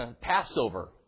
Passover